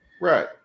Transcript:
Right